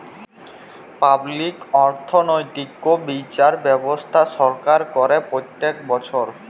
public অর্থনৈতিক্যে বিচার ব্যবস্থা সরকার করে প্রত্যক বচ্ছর